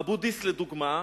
אבו-דיס, לדוגמה,